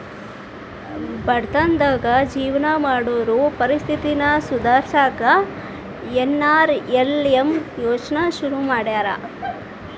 ಬಡತನದಾಗ ಜೇವನ ಮಾಡೋರ್ ಪರಿಸ್ಥಿತಿನ ಸುಧಾರ್ಸಕ ಎನ್.ಆರ್.ಎಲ್.ಎಂ ಯೋಜ್ನಾ ಶುರು ಮಾಡ್ಯಾರ